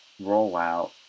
rollout